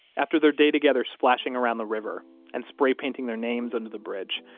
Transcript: after their day together splashing around the river and spray painting their names under the bridge,